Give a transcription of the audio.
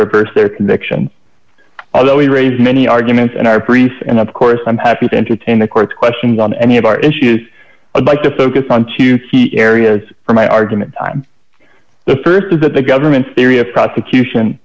reversed their convictions although we raised many arguments and our priests and of course i'm happy to entertain the court's questions on any of our issues i'd like to focus on two areas for my argument time the st is that the government's theory of prosecution